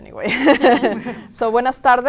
anyway so when i start